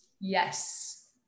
Yes